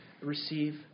receive